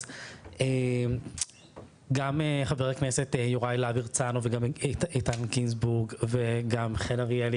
אז גם חבר הכנסת יוראי להב ארצנו וגם איתן גינזבורג וגם חן אריאלי